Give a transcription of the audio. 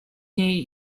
niej